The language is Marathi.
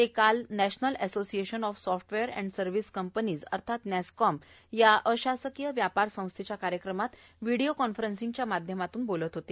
ते काल National Association of Software and Service Companies अर्थाच नॅस्कॉम या अशासकीय व्यापार संस्थेच्या एका कार्यक्रमात व्हिडीओ कॉन्फरन्सिंगच्या माध्यमातून संवाद साधताना बोलत होते